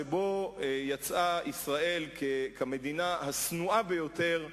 שבו יצאה ישראל כמדינה השנואה ביותר בעולם,